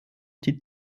die